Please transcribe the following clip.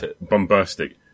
bombastic